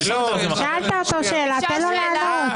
שאלת אותו שאלה, תן לו לענות.